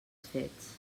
fets